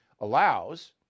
allows